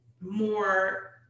more